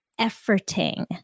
efforting